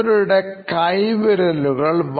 അവളുടെ കൈവിരലുകൾ വളഞ്ഞതായിരുന്നു